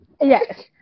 Yes